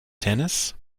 tennis